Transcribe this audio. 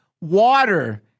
water